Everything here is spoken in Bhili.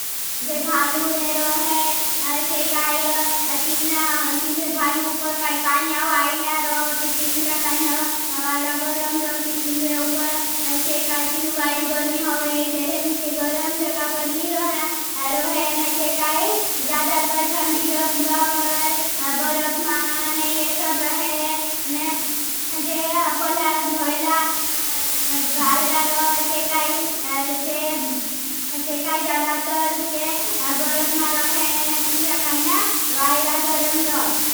जे भालू ने रोहे, जे काई तीन्द्रे भालू उपर काई काई ने वाईडा रोती। तींद्रे काई ने वाईडा गरम रोती। तींद्रे उपर जे काई तीन्द्रे वाईडी गरमी होवे। तेरें जे गरम जगापर नी रोहे। जे काई जादातर थंदी जगापर बरप मान रोहे। जे भालू ने रोहे, जे काई जादातर थंदी जगापर बरप मान रोहे। तींद्रे काई ने वाईडा गरम रोहे।